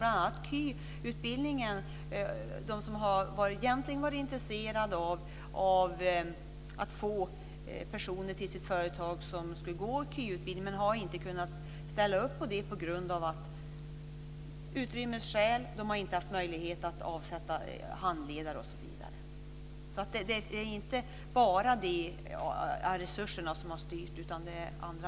Jag vet många företag som egentligen har varit intresserade av att få personer som skulle gå KY-utbildningen till sitt företag, men de har inte kunnat ställa upp på det på grund av utrymmesskäl. De har inte haft möjlighet att avsätta handledare osv. Det är alltså inte bara resurserna som har styrt.